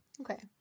Okay